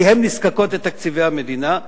כי הן נזקקות לתקציבי המדינה,